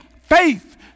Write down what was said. faith